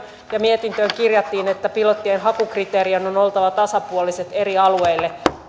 ja mietintöön kirjattiin että pilottien hakukriteerien on oltava tasapuoliset eri alueille